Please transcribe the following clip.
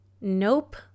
Nope